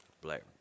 black